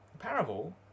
parable